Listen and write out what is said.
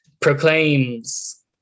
proclaims